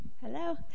Hello